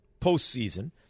postseason